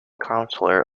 councillor